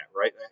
Right